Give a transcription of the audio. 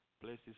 places